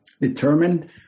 determined